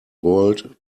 world